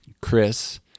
chris